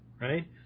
right